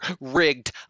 rigged